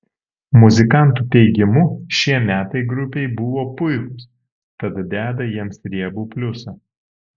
muzikantų teigimu šie metai grupei buvo puikūs tad deda jiems riebų pliusą